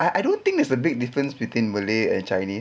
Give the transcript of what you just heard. ah I don't think there's a big difference between malay and chinese